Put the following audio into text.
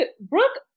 Brooke